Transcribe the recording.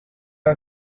are